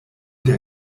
der